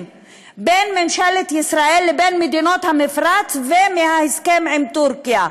בין ממשלת ישראל לבין מדינות המפרץ ומההסכם עם טורקיה.